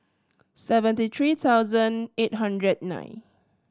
seventy three thousand eight hundred nine